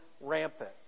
rampant